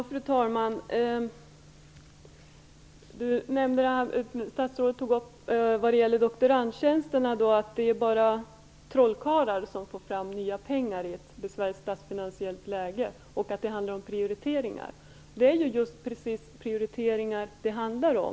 Fru talman! Statsrådet sade på tal om doktorandtjänsterna att det bara är trollkarlar som får fram nya pengar i ett besvärligt statsfinansiellt läge och att det handlar om prioriteringar. Ja, det är just prioriteringar det handlar om!